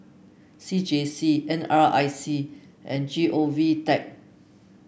C J C N R I C and G O V Tech